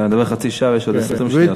אתה מדבר חצי שעה ויש עוד 20 שניות.